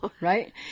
right